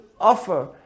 offer